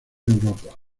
europa